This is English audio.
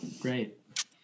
Great